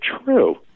true